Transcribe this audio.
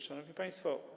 Szanowni Państwo!